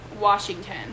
Washington